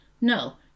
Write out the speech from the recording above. No